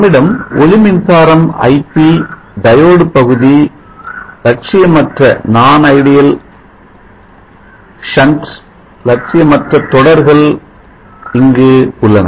நம்மிடம் ஒளி மின்சாரம் ip ஐபி டயோடு பகுதி லட்சிய மற்ற Shunt லட்சிய மற்ற தொடர்கள் இங்கு உள்ளன